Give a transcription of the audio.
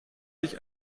sich